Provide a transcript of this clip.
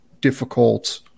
difficult